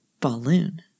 Balloon